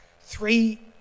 Three